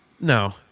no